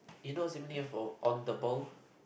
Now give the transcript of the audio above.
you know of all on the ball